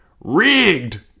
Rigged